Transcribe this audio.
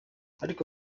ariko